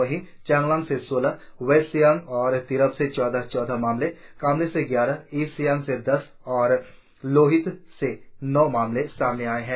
वहीं चांगलांग से सोलह वेस्ट सियांग और तिरप से चौदह चौदह मामले कामले से ग्यारह ईस्ट सियांग़ से दस लोहित से नौ मामले सामने आए है